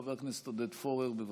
חבר הכנסת עודד פורר, בבקשה.